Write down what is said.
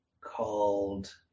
called